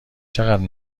چقدر